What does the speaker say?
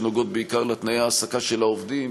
שנוגעות בעיקר לתנאי ההעסקה של העובדים